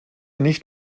nicht